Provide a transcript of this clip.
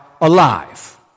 alive